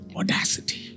audacity